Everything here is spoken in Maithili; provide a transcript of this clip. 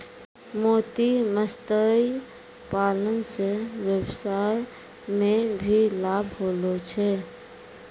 मोती मत्स्य पालन से वेवसाय मे भी लाभ होलो छै